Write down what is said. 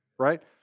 Right